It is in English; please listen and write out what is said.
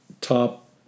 top